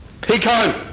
Pico